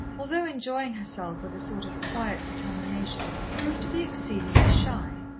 although enjoying herself with a sort of quiet determination, proved to be exceedingly shy,